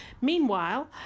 Meanwhile